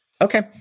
Okay